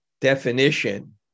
definition